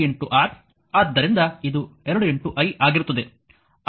ಆದ್ದರಿಂದ ಇದು 2 i ಆಗಿರುತ್ತದೆ